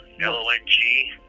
L-O-N-G